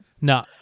No